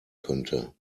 könnte